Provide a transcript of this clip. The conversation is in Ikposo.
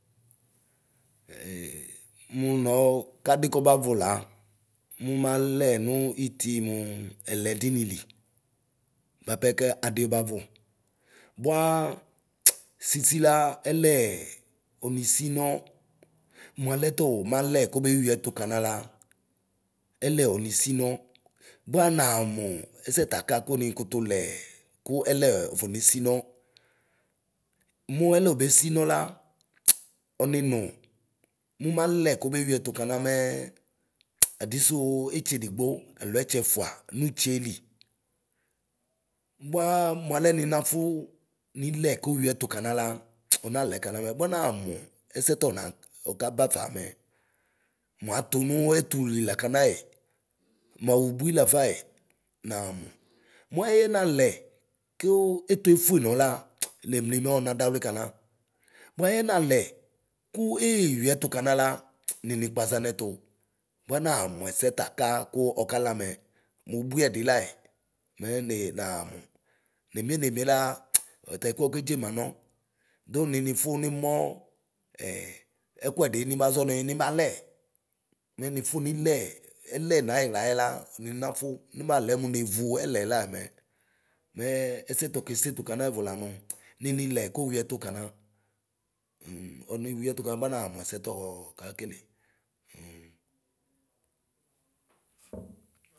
mu nɔɔ kadi kɔbavu la, nu malɛ nu itsi muu ɛlɛdɔ nili. Bapɛ kɛ adiɛ bowu buaa/ sisi la ɛlɛɛ onisinɔ mualɛ tu malɛ Kobe yuiɛtʋ kana la, ɛlɛ ɔnisinɔ. Bua naa mu ɛsɛ taaka Ku nikutu lɛɛ Ku ɛlɛ ofɔnesinɔ. Mu ɛlɛ obesinɔ la/ɔsinu mumalɛ kobeyuiɛtu kana mɛɛ "ptsi" ɛdisu itsedigbi alo ɛtsɛfua nutsie li. Buaa mualɛ nifafu nilɛ koyuiɛtʋ kana la "ptsi" ɔnalɛ kanamɛ bua naa mu ɛɛɛ tɔna ɔkabafamɛ. Mua tu nuu ɛtʋli la kanae muawubui lafae naamu. Muɛyɛ nalɛ Ku ɛtuefuenɔ la "ptsi" mɛ ɔnadawli kana, bua ɛyɛ nalɛ kee yuiɛtʋ kanala nini kpaʒa nɛtu ;bua, naa muɛsɛ taaka ku ɔkalamɛ mubui ɛdiɛ lae mɛ nee namu. nemie nemie la "ptsi" ɔtaɛkʋɛ oke dzemɣnɔ; du ninifu nimɔɔ ɛ ɛkuɛdʋ nibaʒɔni nibalɛ. Ninifu nilɛ ɛlɛ nayiɣlaɛla ninafu nibalɛ mu nevu ɛlɛ lamɛ. Mɛɛ ɛsɛ tokesetu kana ɛvu la nu " pitsi" ninilɛ koyuiɛtʋ kana. Ɔniyuiɛtu kana ba naa mɛsɛ tɔɔkakele.